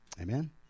Amen